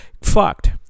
Fucked